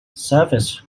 service